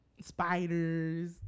spiders